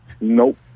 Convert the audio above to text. Nope